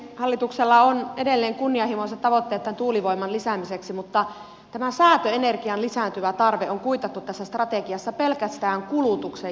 hallituksella on edelleen kunnianhimoiset tavoitteet tuulivoiman lisäämiseksi mutta säätöenergian lisääntyvä tarve on kuitattu tässä strategiassa pelkästään kulutuksen joustoilla